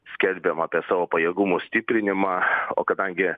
skelbiam apie savo pajėgumų stiprinimą o kadangi